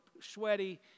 sweaty